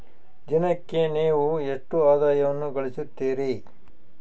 ದಿನಕ್ಕೆ ನೇವು ಎಷ್ಟು ಆದಾಯವನ್ನು ಗಳಿಸುತ್ತೇರಿ?